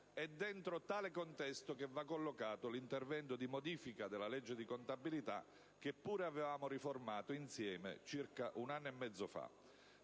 È dentro tale contesto che va collocato l'intervento di modifica della legge di contabilità, che pure avevamo riformato insieme circa un anno e mezzo fa.